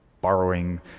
borrowing